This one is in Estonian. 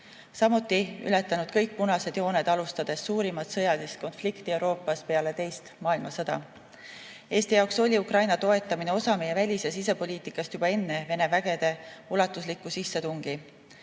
on ta ületanud kõik punased jooned, alustades suurimat sõjalist konflikti Euroopas peale teist maailmasõda. Eesti jaoks oli Ukraina toetamine osa meie välis- ja sisepoliitikast juba enne Vene vägede ulatuslikku sissetungi.